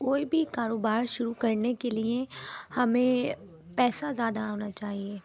کوئی بھی کاروبار شروع کرنے کے لیے ہمیں پیسہ زیادہ ہونا چاہیے